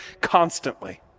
constantly